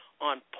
on